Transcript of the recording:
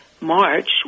March